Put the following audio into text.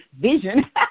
vision